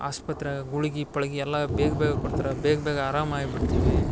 ಆಸ್ಪತ್ರ್ಯಾಗ ಗುಳ್ಗಿ ಪಳ್ಗಿ ಎಲ್ಲ ಬೇಗ್ ಬೇಗ ಕೊಡ್ತರ ಬೇಗ್ ಬೇಗ ಅರಾಮಾಯ್ ಬಿಡ್ತಿವಿ